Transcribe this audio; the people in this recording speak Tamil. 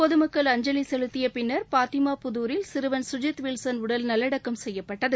பொது மக்கள் அஞ்சலி செலுத்திய பின்னர் பாத்திமா புதூரில் சிறுவன் சுஜித் வில்சன் உடல் நல்லடக்கம் செய்யப்பட்டது